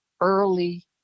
early